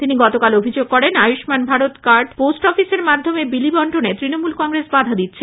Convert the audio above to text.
তিনি গতকাল অভিযোগ করেন আয়ুম্মান ভারত কার্ড পোস্ট অফিসের মাধ্যমে বিলি বন্টনে তৃণমূল কংগ্রেস বাধা দেয়